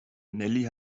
nelly